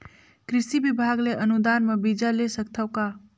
कृषि विभाग ले अनुदान म बीजा ले सकथव का?